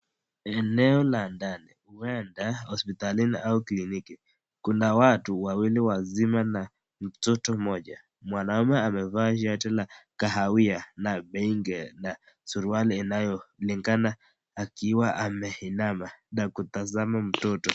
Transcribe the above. Eneo la ndani huenda hospitalini ama kliniki, kuna watu wawili wazima na mtoto mmoja. Mwanaume amevaa shati la kahawia na beinge na suruali inayolingana akiwa ameinama na kutazama mtoto.